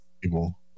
people